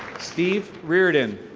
steve reardon.